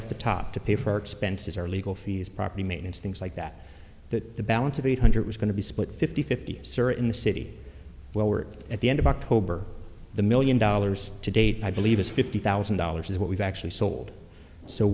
off the top to pay for our expenses are legal fees property maintenance things like that that the balance of eight hundred was going to be split fifty fifty in the city where we're at the end of october the million dollars to date i believe is fifty thousand dollars is what we've actually sold so